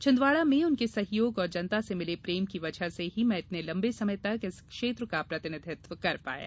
छिंदवाड़ा में उनके सहयोग और जनता से मिले प्रेम की वजह से ही मैं इतने लंबे समय तक उस क्षेत्र का प्रतिनिधित्व कर पाया